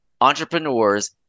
entrepreneurs